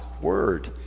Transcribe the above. word